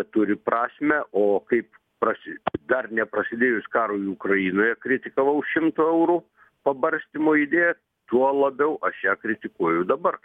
turi prasmę o kaip prasi dar neprasidėjus karui ukrainoje kritikavau šimto eurų pabarstymo idėją tuo labiau aš ją kritikuoju dabar